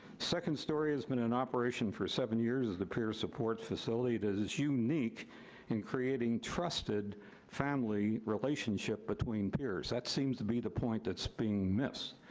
second story has been in operation for seven years as a peer support facility that is is unique in creating trusted family relationship between peers. that seems to be the point that's being missed.